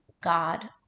God